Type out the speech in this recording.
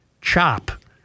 CHOP